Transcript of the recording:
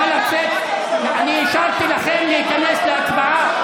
אישרתי לכם להיכנס להצבעה.